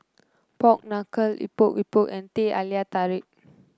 Pork Knuckle Epok Epok and Teh Halia Tarik